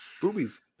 Boobies